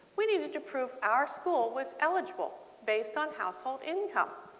we needed to prove our school was eligible based on household income.